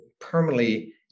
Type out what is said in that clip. permanently